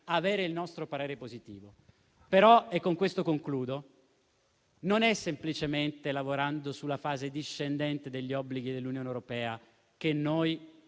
esprimerci in maniera positiva. Però - e con questo concludo - non è semplicemente lavorando sulla fase discendente degli obblighi dell'Unione europea che noi